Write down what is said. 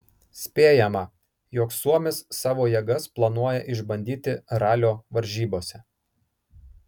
spėjama jog suomis savo jėgas planuoja išbandyti ralio varžybose